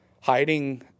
Hiding